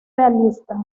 realista